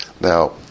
Now